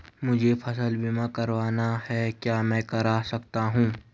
मुझे फसल बीमा करवाना है क्या मैं कर सकता हूँ?